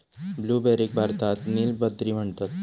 ब्लूबेरीक भारतात नील बद्री म्हणतत